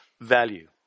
value